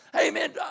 amen